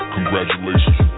Congratulations